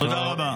תודה רבה.